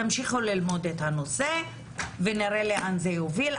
תמשיכו ללמוד את הנושא ונראה לאן זה יוביל,